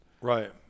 Right